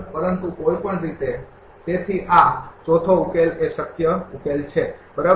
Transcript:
પરંતુ કોઈપણ રીતે તેથી આ ચોથો ઉકેલ એ શક્ય ઉકેલ છે બરાબર